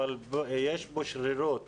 אבל יש בו שרירות